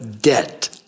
debt